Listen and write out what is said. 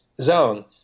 zone